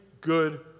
good